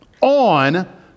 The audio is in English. on